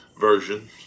version